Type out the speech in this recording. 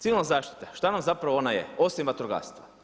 Civilna zaštita, što vam zapravo ona je osim vatrogastva?